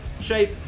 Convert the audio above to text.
shape